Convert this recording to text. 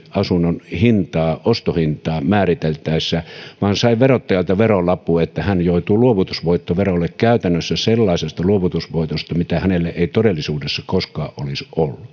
asunnon ostohintaa määriteltäessä vaan sai verottajalta verolapun että hän joutuu luovutusvoittoverolle käytännössä sellaisesta luovutusvoitosta mitä hänellä ei todellisuudessa koskaan olisi